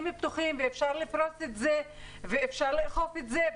פתוחים ואפשר לפרוס ואפשר לאכוף את זה.